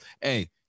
Hey